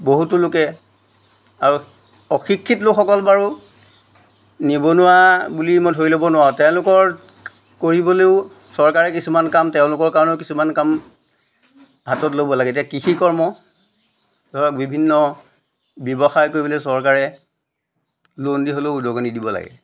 বহুতো লোকে আৰু অশিক্ষিত লোকসকল বাৰু নিবনুৱা বুলি মই ধৰি ল'ব নোৱাৰো তেওঁলোকৰ কৰিবলেও চৰকাৰে কিছুমান কাম তেওঁলোকৰ কাৰণেও কিছুমান কাম হাতত ল'ব লাগে এতিয়া কৃষি কৰ্ম ধৰক বিভিন্ন ব্যৱসায় কৰিবলৈ চৰকাৰে লোন দি হ'লেও উদগনি দিব লাগে